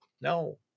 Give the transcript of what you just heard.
No